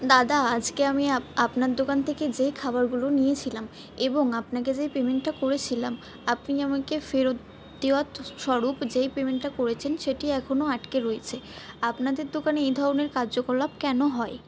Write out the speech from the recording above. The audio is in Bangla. দাদা আজকে আমি আপনার দোকান থেকে যে খাবারগুলো নিয়েছিলাম এবং আপনাকে যেই পেমেন্টটা করেছিলাম আপনি আমাকে ফেরত দেওয়ার স্বরূপ যেই পেমেন্টটা করেছেন সেটি এখনও আটকে রয়েছে আপনাদের দোকানে এ ধরনের কার্যকলাপ কেন হয়